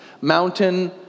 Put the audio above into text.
Mountain